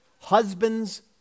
husbands